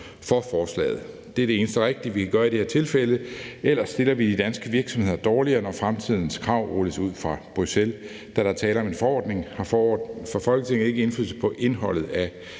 for forslaget. Det er det eneste rigtige at gøre i det her tilfælde. Ellers stiller vi danske virksomheder dårligere, når fremtidens krav rulles ud fra Bruxelles. Da der er tale om en forordning, får Folketinget ikke indflydelse på indholdet af